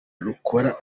rukora